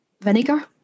vinegar